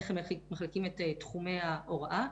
איך הם מחלקים את תחומי ההוראה,